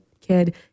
kid